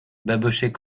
babochet